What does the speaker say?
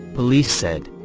police said.